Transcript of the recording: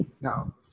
No